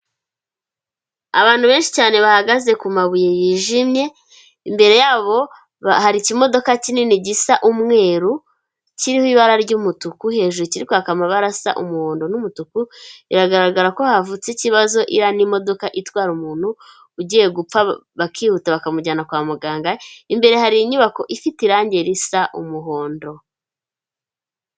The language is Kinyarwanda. Abantu benshi cyane bahagaze kumabuye yijimye, imbere yabo hari ikimodoka kinini gisa umweru, kiriho ibara y'umutuku, hejuru kiri kwaka amabara asa umuhondo n'umutuku, biragaragara ko havutse ikibazo, iriya ni imodoka itwara umuntu ugiye gupfa, bakihuta bakamujyana kwa muganga, imbere hari inyubako ifite irangi risa umuhondo.